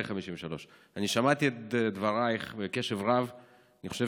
1953. אני שמעתי את דברייך בקשב רב ואני חושב